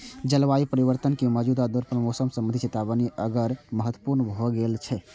जलवायु परिवर्तन के मौजूदा दौर मे मौसम संबंधी चेतावनी आर महत्वपूर्ण भए गेल छै